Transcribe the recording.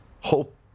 hope